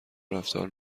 رفتار